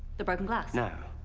the broken glass? no.